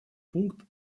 пункт